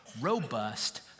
robust